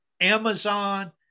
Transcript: Amazon